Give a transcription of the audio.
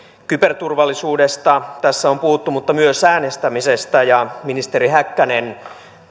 kyberturvallisuudesta tässä on puhuttu mutta myös äänestämisestä ministeri häkkänen